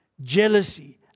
jealousy